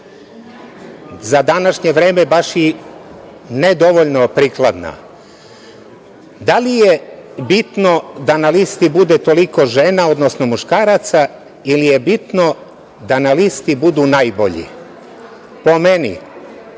za današnje vreme baš i ne dovoljno prikladna. Da li je bitno da na listi bude toliko žena, odnosno muškaraca ili je bitno da na listi budu najbolji? Po meni,